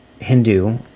Hindu